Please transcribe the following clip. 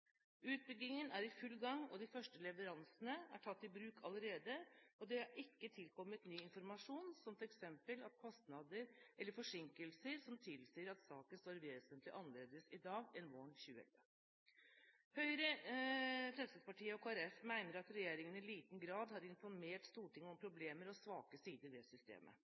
Utbyggingen er i full gang, de første leveransene er allerede tatt i bruk, og det er ikke tilkommet ny informasjon, som f.eks. kostnader eller forsinkelser som tilsier at saken står vesentlig annerledes i dag enn våren 2011. Høyre, Fremskrittspartiet og Kristelig Folkeparti mener at regjeringen i liten grad har informert Stortinget om problemer og svake sider ved systemet. Videre kan vi lese i forslagsdokumentet at opposisjonen påpeker at det